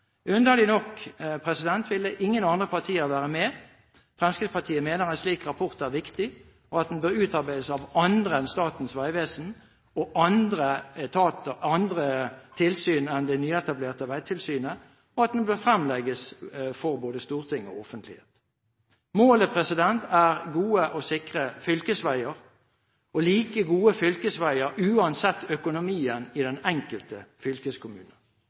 ville ingen andre partier være med. Fremskrittspartiet mener en slik rapport er viktig, at den bør utarbeides av andre enn Statens vegvesen og andre tilsyn enn det nyetablerte veitilsynet, og at den bør fremlegges for både storting og offentlighet. Målet er gode og sikre fylkesveier – og like gode fylkesveier uansett økonomien i den enkelte fylkeskommune.